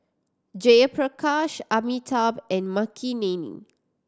Jayaprakash Amitabh and Makineni